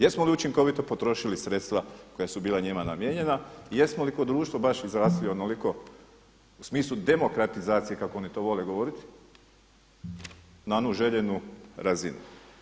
Jesmo li učinkovito potrošili sredstva koja su bila njima namijenjena i jesmo li kao društvo baš izrasli onoliko u smislu demokratizacije kako oni to vole govoriti na onu željenu razinu?